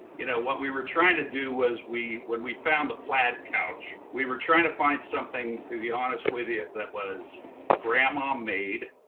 you know what we were trying to do was when we found the plaid couch we were trying to find something, to be honest with you, that was grandma made,